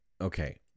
Okay